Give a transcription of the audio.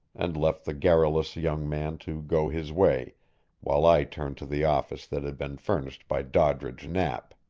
and left the garrulous young man to go his way while i turned to the office that had been furnished by doddridge knapp.